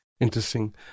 Interesting